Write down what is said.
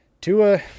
Tua